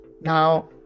Now